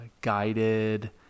guided